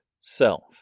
Self